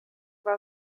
war